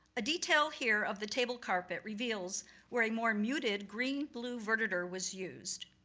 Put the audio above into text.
a detail here of the table carpet, reveals where a more muted green-blue verditer was used.